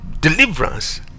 deliverance